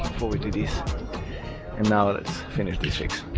forward to this and now let's finish this fix